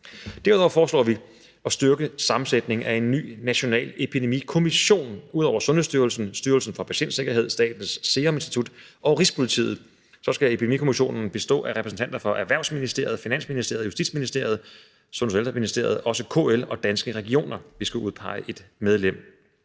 Derudover foreslår vi at styrke sammensætningen af en ny national epidemikommission. Ud over Sundhedsstyrelsen, Styrelsen for Patientsikkerhed, Statens Serum Institut og Rigspolitiet skal Epidemikommissionen bestå af repræsentanter fra Erhvervsministeriet, Finansministeriet, Justitsministeriet og Sundheds- og Ældreministeriet, og også KL og Danske Regioner vil skulle udpege et medlem.